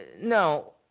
No